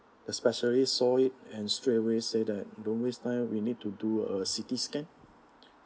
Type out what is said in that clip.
specialist saw it and straight away say that don't waste time we need to do a C_T scan